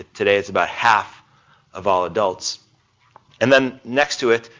today it's about half of all adults and then next to it,